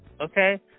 Okay